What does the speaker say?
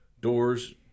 doors